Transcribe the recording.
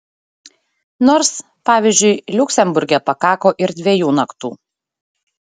nors pavyzdžiui liuksemburge pakako ir dviejų naktų